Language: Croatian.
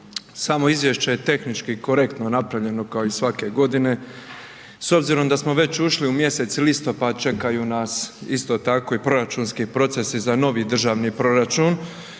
Samo izvješće je tehnički korektno napravljeno kao i svake godine. S obzirom da smo već ušli u mjesec listopad čekaju nas isto tako i proračunski procesi za novi državni proračun